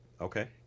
Okay